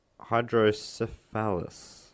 hydrocephalus